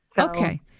Okay